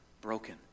broken